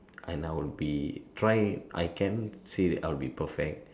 and I will be try I can't say that I'll be perfect